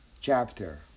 chapter